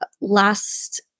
Last